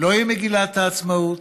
לא עם מגילת העצמאות,